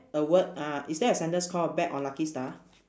a word uh is there a sentence called bet on lucky star